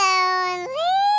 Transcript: Lonely